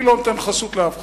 אני לא נותן חסות לאף אחד,